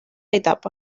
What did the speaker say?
etapa